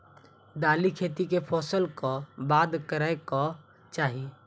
दालि खेती केँ फसल कऽ बाद करै कऽ चाहि?